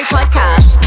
Podcast